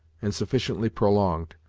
and sufficiently prolonged,